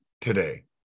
today